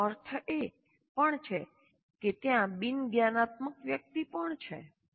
તેનો અર્થ એ પણ છે કે ત્યાં બિન જ્ઞાનાત્મક વ્યક્તિ પણ છે